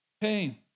pain